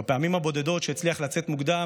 בפעמים הבודדות שהצליח לצאת מוקדם,